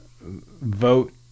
vote